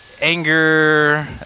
anger